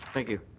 thank you.